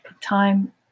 time